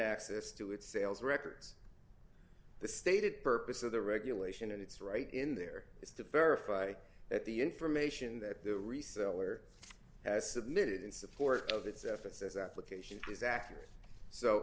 access to its sales records the stated purpose of the regulation and its right in there is to verify that the information that the reseller has submitted in support of its efforts as application is accurate so